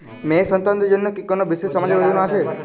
মেয়ে সন্তানদের জন্য কি কোন বিশেষ সামাজিক যোজনা আছে?